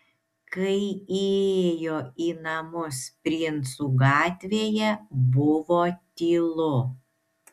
kai įėjo į namus princų gatvėje buvo tylu